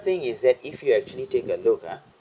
thing is that if you actually take a look ah